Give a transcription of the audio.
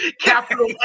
Capital